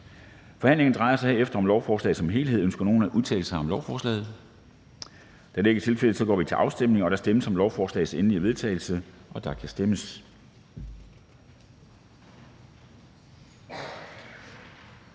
Forhandlingerne drejer sig derefter om lovforslaget som helhed. Ønsker nogen at udtale sig om lovforslaget? Da det ikke er tilfældet, går vi til afstemning. Kl. 10:49 Afstemning Formanden (Henrik Dam Kristensen): Der stemmes